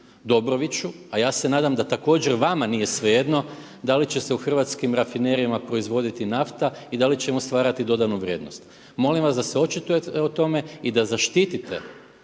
Dobroviću a ja se nadam da također vama nije svejedno da li će se u hrvatskim rafinerijama proizvoditi nafta i da li …/Govornik se ne razumije./… stvarati dodanu vrijednost. Molim vas da se očitujete o tome i da zaštitite